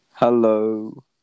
Hello